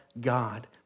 God